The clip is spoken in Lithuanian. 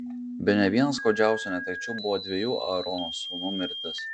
bene viena skaudžiausių netekčių buvo dviejų aarono sūnų mirtis